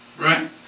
Right